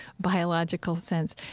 biological sense.